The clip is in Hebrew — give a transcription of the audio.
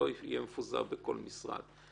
לא יהיה מפוזר בכל משרד.